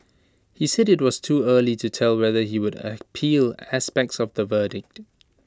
he said IT was too early to tell whether he would appeal aspects of the verdict